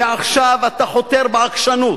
ועכשיו אתה חותר בעקשנות